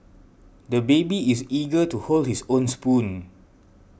the baby is eager to hold his own spoon